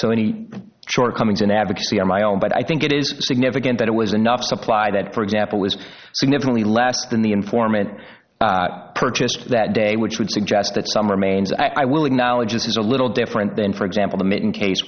any shortcomings in advocacy of my own but i think it is significant that it was enough supply that for example is significantly less than the informant purchased that day which would suggest that some remains i will acknowledge this is a little different than for example the mitten case